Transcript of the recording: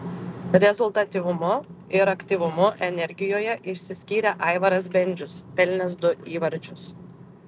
rezultatyvumu ir aktyvumu energijoje išsiskyrė aivaras bendžius pelnęs du įvarčius